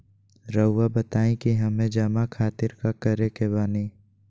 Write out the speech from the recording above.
रहुआ बताइं कि हमें जमा खातिर का करे के बानी?